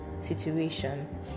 situation